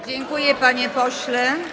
Dziękuję, panie pośle.